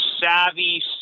savvy